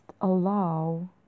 allow